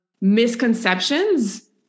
misconceptions